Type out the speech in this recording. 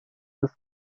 ist